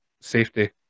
safety